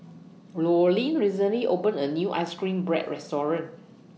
Loreen recently opened A New Ice Cream Bread Restaurant